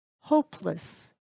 hopeless